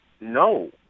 No